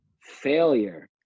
failure